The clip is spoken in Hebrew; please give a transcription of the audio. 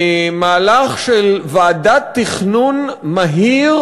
מהלך של ועדת תכנון מהיר,